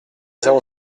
zéro